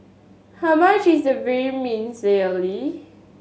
how much is the Vermicelli